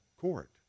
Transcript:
Court